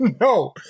no